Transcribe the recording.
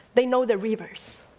they know their rivers.